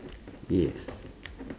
yes